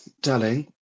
darling